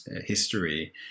history